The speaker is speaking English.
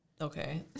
okay